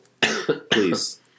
please